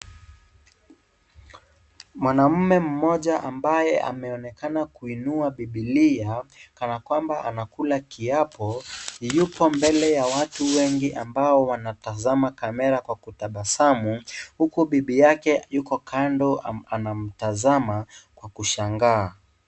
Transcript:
Mwanamme mmoja ambaye ameonekana ameinua biblia kanakwamba anakula kiapo yupo mbele ya watu wengi ambao wanatazama kamera kwa kutabasamu huku bibi yake yupo kando anamtazama kwa kushangaa.